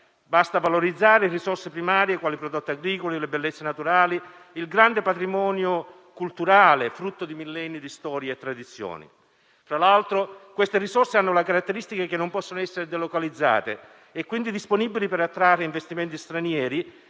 basta valorizzare risorse primarie quali i prodotti agricoli, le bellezze naturali, il grande patrimonio culturale frutto di millenni di storia e tradizioni. Tra l'altro, queste risorse hanno la caratteristica che non possono essere delocalizzate e quindi sono disponibili per attrarre investimenti stranieri